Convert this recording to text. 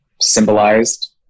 symbolized